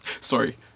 Sorry